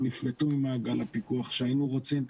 או נפלטו ממעגל הפיקוח שהיינו רוצים..